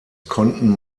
konnten